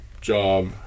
job